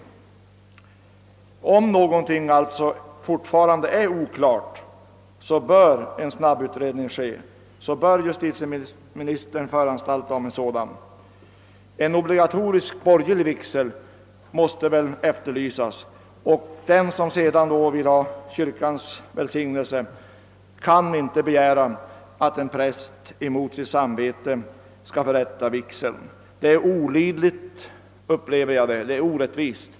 Om någonting fortfarande är oklart, så bör justitieministern föranstalta om en snabbutredning. En obligatorisk borgerlig vigsel måste eftersträvas. Den som sedan vill ha kyrkans välsignelse av sitt äktenskap, kan inte begära att en präst emot sitt samvetes bud skall förrätta vigseln. Jag upplever detta som olidligt och orättvist.